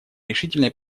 решительной